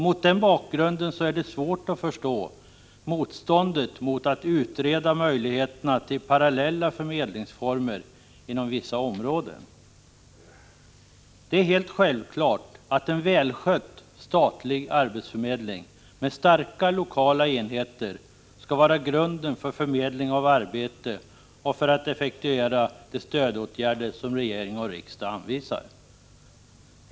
Mot den bakgrunden är det svårt att förstå motståndet mot att utreda möjligheterna till parallella förmedlingsformer inom vissa områden. Det är helt självklart att en välskött statlig arbetsförmedling med starka lokala enheter skall vara grunden för förmedling av arbete och för att effektuera de stödåtgärder som regering och riksdag anvisar.